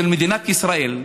של מדינת ישראל,